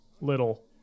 little